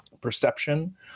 perception